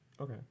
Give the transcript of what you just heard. Okay